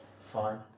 Fine